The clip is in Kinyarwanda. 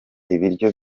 ibiryo